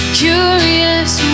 curious